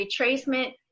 retracement